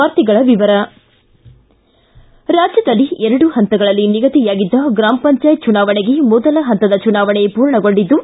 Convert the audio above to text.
ವಾರ್ತೆಗಳ ವಿವರ ರಾಜ್ಞದಲ್ಲಿ ಎರಡು ಪಂತಗಳಲ್ಲಿ ನಿಗದಿಯಾಗಿದ್ದ ಗ್ರಾಮ ಪಂಚಾಯತ್ ಚುನಾವಣೆಗೆ ಮೊದಲ ಪಂತದ ಚುನಾವಣೆ ಪೂರ್ಣಗೊಂಡಿದ್ದು